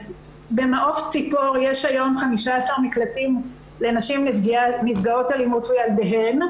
יש היום 15 מקלטים לנשים נפגעות אלימות ולילדיהן.